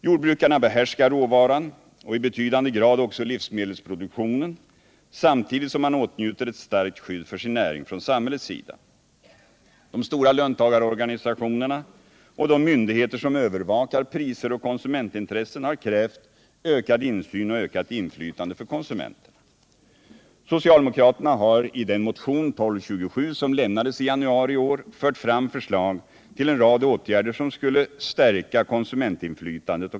Jordbrukarna behärskar råvaran och i betydande grad också livsmedelsproduktionen samtidigt som de åtnjuter ett starkt skydd för sin näring från samhällets sida. De stora löntagarorganisationerna och de myndigheter som övervakar priser och konsumentintressen har krävt ökad insyn och ökat inflytande för konsumenterna. Socialdemokraterna har i den motion, 1227, som lämnades i januari i år, fört fram förslag till en rad åtgärder som skulle stärka konsumentinflytandet.